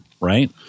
right